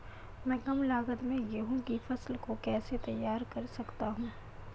मैं कम लागत में गेहूँ की फसल को कैसे तैयार कर सकता हूँ?